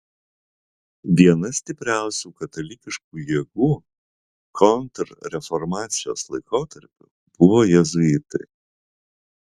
viena stipriausių katalikiškų jėgų kontrreformacijos laikotarpiu buvo jėzuitai